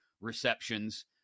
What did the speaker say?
receptions